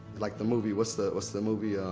like, the movie, what's the what's the movie,